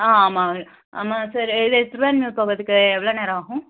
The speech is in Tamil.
ஆ ஆமாம் ஆமாம் சார் இது திருவான்மியூர் போகிறத்துக்கு எவ்வளோ நேரம் ஆகும்